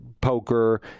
poker